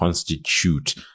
constitute